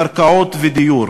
קרקעות ודיור,